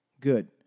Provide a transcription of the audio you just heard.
Good